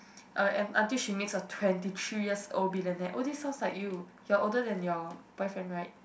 uh and until she meets a twenty three years old billionaire oh this sounds like you you are older than your boyfriend right